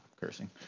cursing